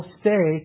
stay